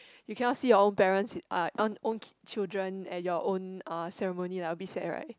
you cannot see your own parents uh own own chi~ children at your own uh ceremony like a bit sad right